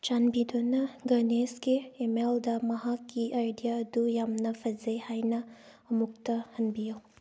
ꯆꯥꯟꯕꯤꯗꯨꯕ ꯒꯅꯦꯁꯀꯤ ꯏꯃꯦꯜꯗ ꯃꯍꯥꯛꯀꯤ ꯑꯥꯏꯗꯤꯌꯥꯗꯨ ꯌꯥꯝꯅ ꯐꯖꯩ ꯍꯥꯏꯅ ꯑꯃꯨꯛꯇ ꯍꯟꯕꯤꯌꯨ